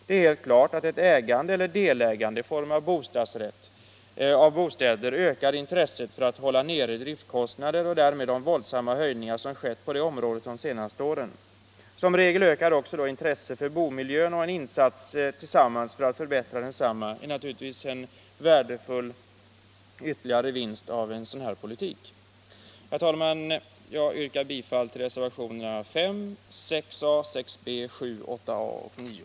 Det är helt klart att ett ägande eller delägande av bostäder i form av bostadsrätt ökar intresset för att hålla nere driftkostnader — och därmed de våldsamma höjningar som skett på det området under de senaste åren. Som regel ökar också intresset för bomiljön, och en gemensam insats för att förbättra densamma är naturligtvis en värdefull ytterligare vinst av en sådan här politik. Herr talman! Jag yrkar bifall till reservationerna 5, 6 a, 6 b, 7, 8 a och 9.